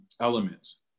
elements